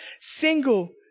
single